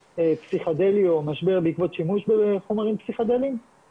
פסיכודלי או משבר בעקבות שימוש בחומרים פסיכודליים,